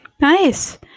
Nice